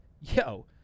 yo